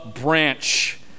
branch